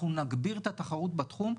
אנחנו נגביר את התחרות בתחום,